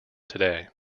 today